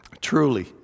Truly